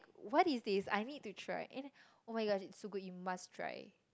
what is this I need to try and then oh-my-god it's so good you must try